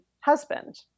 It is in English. husband